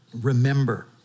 remember